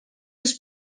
les